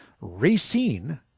Racine